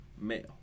Male